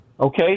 Okay